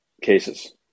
cases